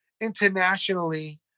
internationally